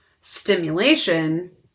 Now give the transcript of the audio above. stimulation